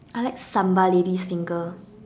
I like sambal ladies finger